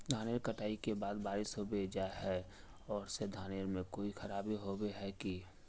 धानेर कटाई के बाद बारिश होबे जाए है ओ से धानेर में कोई खराबी होबे है की?